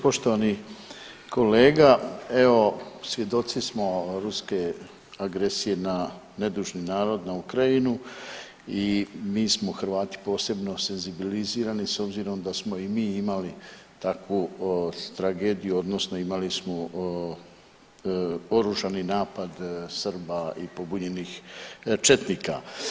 Poštovani kolega, evo svjedoci smo ruske agresije na nedužni narod na Ukrajinu i mi smo Hrvati posebno senzibilizirani s obzirom da smo i mi imali takvu tragediju odnosno imali smo oružani napad Srba i pobunjenih četnika.